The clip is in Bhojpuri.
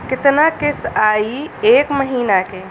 कितना किस्त आई एक महीना के?